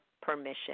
permission